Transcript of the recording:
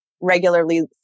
regularly